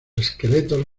esqueletos